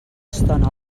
estona